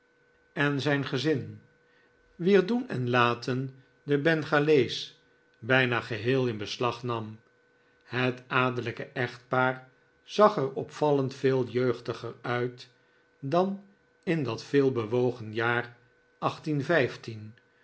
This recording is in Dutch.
en zijn gezin wier doen en laten den bengalees bijna geheel in beslag nam het adellijk echtpaar zag er opvallend veel jeugdiger uit dan in dat veelbewogen jaar